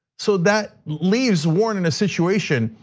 so that leaves warren in a situation.